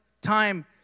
time